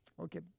Okay